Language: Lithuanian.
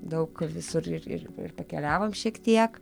daug visur ir ir pakeliavom šiek tiek